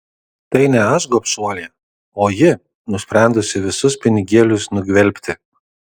tai ne aš gobšuolė o ji nusprendusi visus pinigėlius nugvelbti